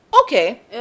okay